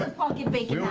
pocket bacon.